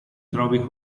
trovi